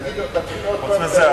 תתחיל עוד פעם את הנאום שלך,